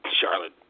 Charlotte